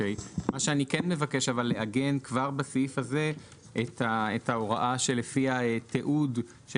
אני כן מבקש לעגן כבר בסעיף הזה את ההוראה לפיה תיעוד של